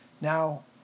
Now